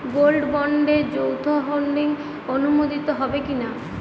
Gold বন্ডে যৌথ holding অনুমোদিত হবে কিনা?